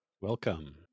Welcome